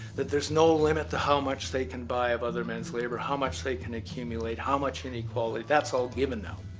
there's no limit to how much they can buy of other men's labor, how much they can accumulate, how much inequality' that's all given now.